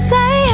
Say